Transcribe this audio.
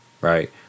right